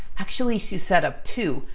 actually, she set up two,